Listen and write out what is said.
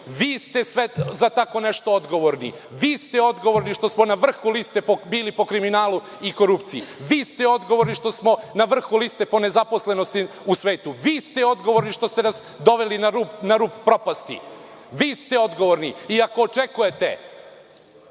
Vi ste za tako nešto odgovorni. Vi ste odgovorni što smo na vrhu liste bili po kriminalu i korupciji. Vi ste odgovorni što smo na vrhu liste po nezaposlenosti u svetu. Vi ste odgovorni što ste nas doveli na rub propasti. Vi ste odgovorni. Ako očekujete